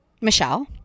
Michelle